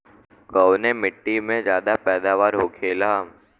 कवने मिट्टी में ज्यादा पैदावार होखेला?